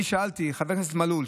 חבר הכנסת מלול,